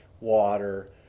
water